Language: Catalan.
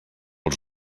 els